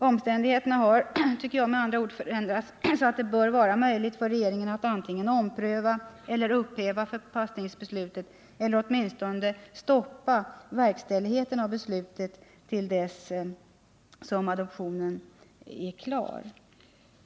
Omständigheterna har med andra ord förändrats så att det bör vara möjligt för regeringen att antingen ompröva eller upphäva förpassningsbeslutet eller åtminstone stoppa verkställigheten av beslutet till dess att adoptionen är klar.